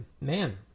man